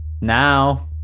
now